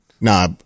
Nah